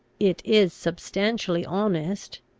it is substantially honest,